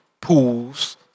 pools